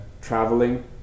traveling